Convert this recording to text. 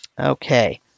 okay